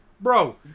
bro